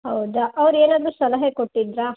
ಹೌದಾ ಅವ್ರು ಏನಾದರೂ ಸಲಹೆ ಕೊಟ್ಟಿದ್ದರಾ